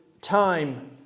time